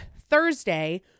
Thursday